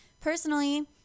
Personally